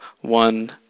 one